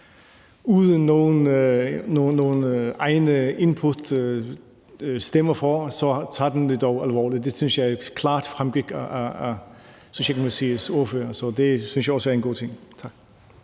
uden nogen egne input ikke stemmer for, så tager den det dog alvorligt. Det synes jeg klart fremgik af det, Socialdemokratiets ordfører sagde, og det synes jeg også er en god ting. Tak.